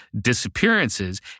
disappearances